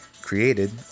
created